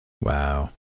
Wow